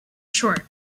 short